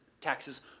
taxes